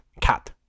cat